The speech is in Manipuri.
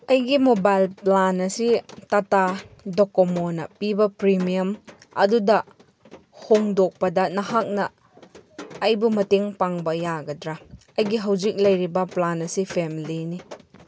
ꯑꯩꯒꯤ ꯃꯣꯕꯥꯏꯜ ꯄ꯭ꯂꯥꯟ ꯑꯁꯤ ꯇꯇꯥ ꯗꯣꯀꯣꯃꯣꯅ ꯄꯤꯕ ꯄ꯭ꯔꯤꯃꯤꯌꯝ ꯑꯗꯨꯗ ꯍꯣꯡꯗꯣꯛꯄꯗ ꯅꯍꯥꯛꯅ ꯑꯩꯕꯨ ꯃꯇꯦꯡ ꯄꯥꯡꯕ ꯌꯥꯒꯗ꯭ꯔꯥ ꯑꯩꯒꯤ ꯍꯧꯖꯤꯛ ꯂꯩꯔꯤꯕ ꯄ꯭ꯂꯥꯟ ꯑꯁꯤ ꯐꯦꯃꯤꯂꯤꯅꯤ